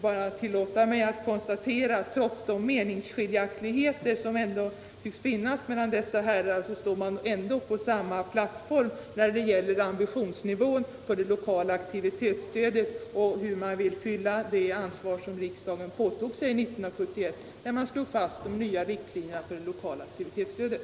Jag tillåter mig konstatera att trots de meningsskiljaktigheter som tycks finnas mellan dessa herrar står man ändå på samma plattform när det gäller ambitionsnivån för det lokala aktivitetsstödet och hur man vill bära det ansvar som riksdagen påtog sig 1971, när riksdagen slog fast de nya riktlinjerna för det lokala aktivitersstödet.